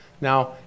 Now